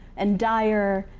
and dire,